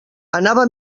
anava